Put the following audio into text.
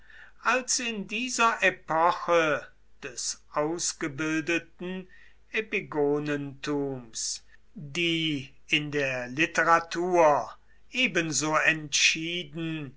als in dieser epoche des ausgebildeten epigonentums die in der literatur ebenso entschieden